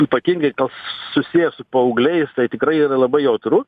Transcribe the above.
ypatingai tas susiję su paaugliais tai tikrai yra labai jautru